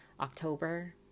October